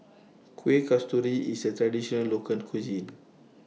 Kuih Kasturi IS A Traditional Local Cuisine